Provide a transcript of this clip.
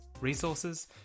resources